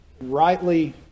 Rightly